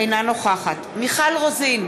אינה נוכחת מיכל רוזין,